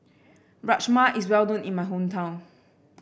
rajma is well known in my hometown